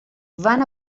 van